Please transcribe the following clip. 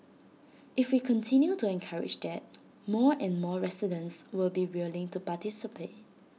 if we continue to encourage that more and more residents will be willing to participate